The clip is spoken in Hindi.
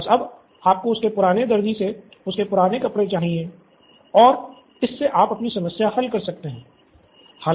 बस अब आपको उसके पुराने दर्जी से उसके पुराने कपड़े चाहिए और इससे आप अपनी समस्या हल कर सकते हैं